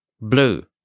Blue